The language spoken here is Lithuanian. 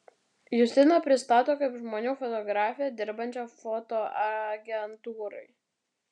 justiną pristato kaip žmonių fotografę dirbančią fotoagentūrai